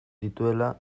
dituela